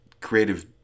creative